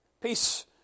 Peace